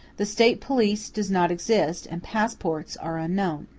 the state police does not exist, and passports are unknown.